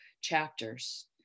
chapters